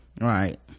right